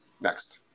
Next